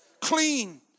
clean